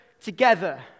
together